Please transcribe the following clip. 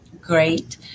Great